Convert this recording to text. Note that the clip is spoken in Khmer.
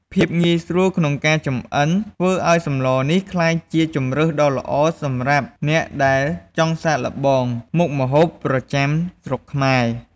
ភាពងាយស្រួលក្នុងការចម្អិនធ្វើឱ្យសម្លនេះក្លាយជាជម្រើសដ៏ល្អសម្រាប់អ្នកដែលចង់សាកល្បងមុខម្ហូបប្រចាំស្រុកខ្មែរ។